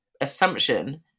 assumption